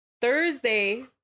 thursday